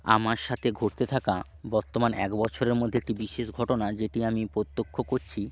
আমার সাথে ঘটতে থাকা বর্তমান এক বছরের মধ্যে একটি বিশেষ ঘটনা যেটি আমি প্রত্যক্ষ করছি